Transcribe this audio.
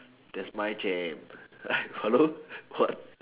that's my jam hello what